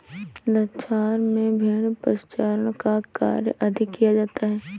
लद्दाख में भेड़ पशुचारण का कार्य अधिक किया जाता है